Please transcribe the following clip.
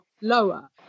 lower